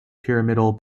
pyramidal